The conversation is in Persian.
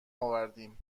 آوردیم